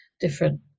different